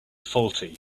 faulty